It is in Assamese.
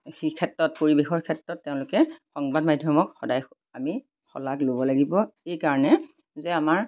সেই ক্ষেত্ৰত পৰিৱেশৰ ক্ষেত্ৰত তেওঁলোকে সংবাদ মাধ্যমক সদায় আমি শলাগ ল'ব লাগিব এইকাৰণে যে আমাৰ